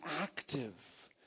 active